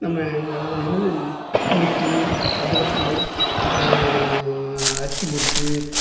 நம்ம அது என்னது முறுக்கு அதிரசம் அப்புறம் அச்சு முறுக்கு